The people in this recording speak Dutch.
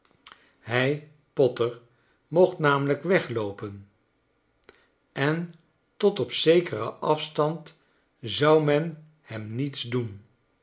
hij potter mocht namelijk wegloopen en tot op zekeren afstand zou men hem niets doen